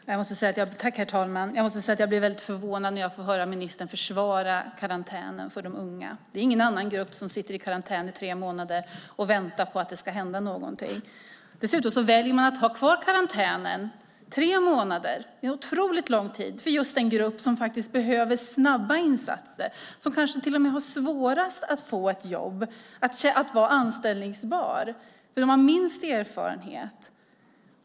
Herr talman! Jag måste säga att jag blir väldigt förvånad när jag hör ministern försvara karantänen för de unga. Det är ingen annan grupp som sitter i karantän i tre månader och väntar på att det ska hända någonting. Dessutom väljer man att ha kvar karantänen. Tre månader är en otroligt lång tid för just den grupp som faktiskt behöver snabba insatser. De kanske till och med har svårast att få ett jobb, att vara anställningsbara, för de har minst erfarenhet.